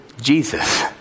Jesus